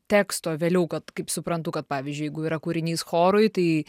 teksto vėliau kad kaip suprantu kad pavyzdžiui jeigu yra kūrinys chorui tai